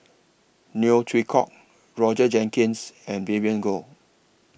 Neo Chwee Kok Roger Jenkins and Vivien Goh